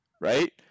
right